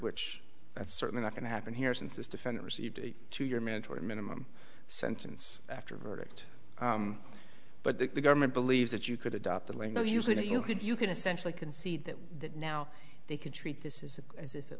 which that's certainly not going to happen here since this defendant received to your mentor a minimum sentence after a verdict but the government believes that you could adopt the lingo usually that you could you can essentially concede that that now they can treat this is as if it